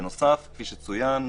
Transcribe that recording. בנוסף, כפי שצוין,